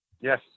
Yes